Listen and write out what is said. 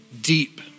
deep